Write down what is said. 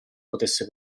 potesse